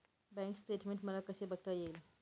Bank statement मला कसे बघता येईल?